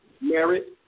merit